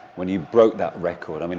when you broke that record? i mean